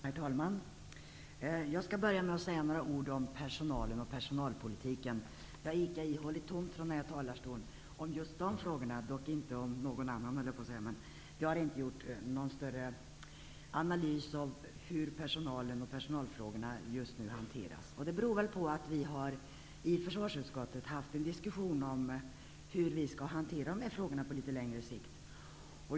Herr talman! Jag skall börja med att säga några ord om personalen och personalpolitiken. Det har ekat ihåligt tomt från den här talarstolen om just dessa frågor. Det har inte gjorts någon större analys av hur personalen och personalfrågorna just nu hanteras. Det beror nog på att vi i försvarsutskottet har fört en diskussion om hur vi skall hantera de här frågorna på litet längre sikt.